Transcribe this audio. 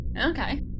Okay